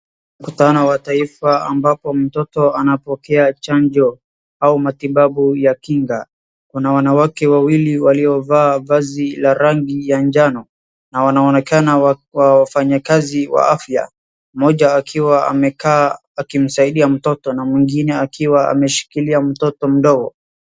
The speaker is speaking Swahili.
Mkutano wa taifa ambapo mtoto anapoke chanjo, au matibabu ya kinga. Kuna wanawake wawili waliovaa vazi la rangi ya njano, na wanaonekana wafanyikazi wa afya. Mmoja akiwa amekaa akimsaidia mtoto na mwingine akiwa ameshikilia mtoto mdogo.